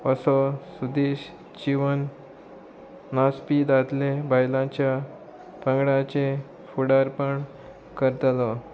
असो सुदीश जिवन नाचपी दादले बायलांच्या पंगडाचे फुडारपण करतलो